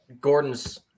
gordon's